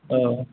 औ